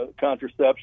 contraception